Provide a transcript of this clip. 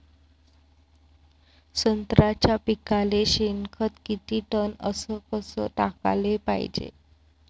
संत्र्याच्या पिकाले शेनखत किती टन अस कस टाकाले पायजे?